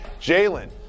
Jalen